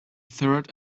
third